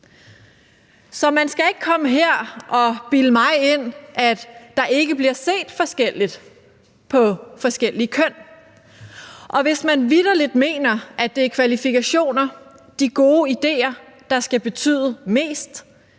Så man skal ikke komme her og bilde mig ind, at der ikke bliver set forskelligt på forskellige køn, og hvis man vitterlig mener, at det er kvalifikationer og de gode ideer, der skal betyde mest,